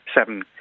seven